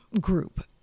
group